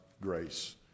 grace